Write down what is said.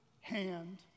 hand